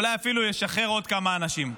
אולי אפילו ישחרר עוד כמה אנשים.